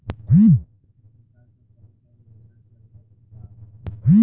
किसान खातिर सरकार क कवन कवन योजना चल रहल बा?